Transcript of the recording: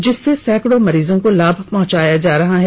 जिससे सैकड़ों मरीजों को लाभ पहंचाया जा रहा है